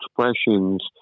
expressions